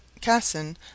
Cassin